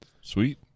Sweet